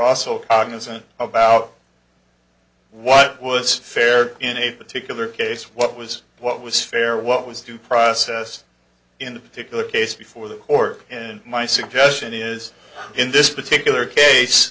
cognizant about what was fair in a particular case what was what was fair what was due process in particular case before the court and my suggestion is in this particular case